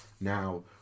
now